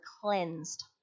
cleansed